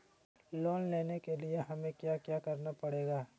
Loan लेने के लिए हमें क्या क्या करना पड़ेगा?